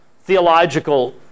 theological